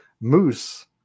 Moose